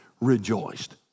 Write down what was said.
rejoiced